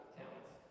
talents